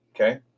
Okay